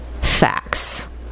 facts